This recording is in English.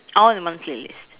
all in one playlist